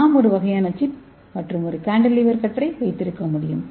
நாம் ஒரு வகையான சிப் மற்றும் ஒரு கான்டிலீவர் கற்றை வைத்திருக்க முடியும்